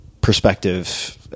perspective